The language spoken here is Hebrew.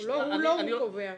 לא הוא קובע.